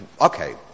okay